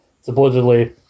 supposedly